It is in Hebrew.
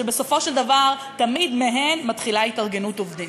שבסופו של דבר תמיד מהן מתחילה התארגנות עובדים.